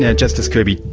yeah justice kirby,